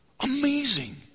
Amazing